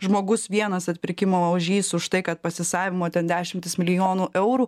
žmogus vienas atpirkimo ožys už tai kad pasisavino ten dešimtis milijonų eurų